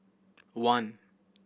one